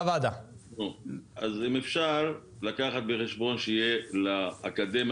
אז אם אפשר לקחת בחשבון שיהיה לאקדמיה